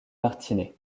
martinets